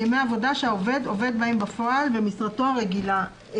ימי עבודה שהעובד עובד בהם בפועל במשרתו הרגילה".